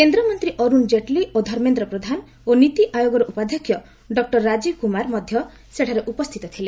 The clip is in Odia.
କେନ୍ଦ୍ରମନ୍ତ୍ରୀ ଅରୁଣ କେଟ୍ଲି ଓ ଧର୍ମେନ୍ଦ୍ର ପ୍ରଧାନ ଓ ନୀତି ଆୟୋଗ ଉପାଧ୍ୟକ୍ଷ ଡକ୍ଟର ରାଜୀବ କୁମାର ମଧ୍ୟ ସେଠାରେ ଉପସ୍ଥିତ ଥିଲେ